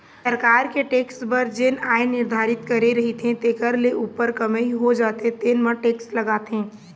सरकार के टेक्स बर जेन आय निरधारति करे रहिथे तेखर ले उप्पर कमई हो जाथे तेन म टेक्स लागथे